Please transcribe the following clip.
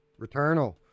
returnal